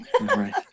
right